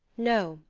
no,